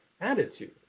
attitude